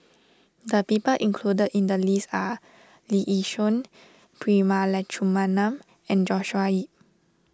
the people included in the list are Lee Yi Shyan Prema Letchumanan and Joshua Ip